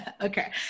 Okay